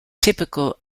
typical